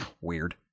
Weird